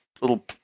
little